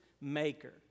maker